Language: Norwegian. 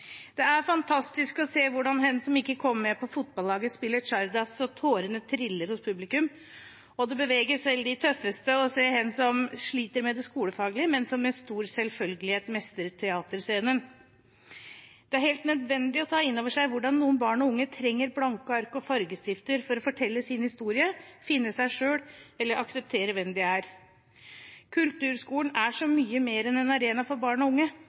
Det er fantastisk å se hvordan hen som ikke kom med på fotballaget, spiller Csárdás så tårene triller hos publikum, og det beveger selv de tøffeste å se hen som sliter med det skolefaglige, men som med stor selvfølgelighet mestrer teaterscenen. Det er helt nødvendig å ta inn over seg hvordan noen barn og unge trenger blanke ark og fargestifter for å fortelle sin historie, finne seg selv eller akseptere hvem de er. Kulturskolen er så mye mer enn en arena for barn og unge.